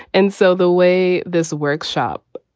and so the way this workshop.